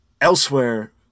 elsewhere